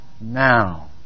now